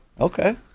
Okay